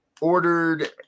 ordered